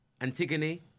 Antigone